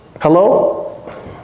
hello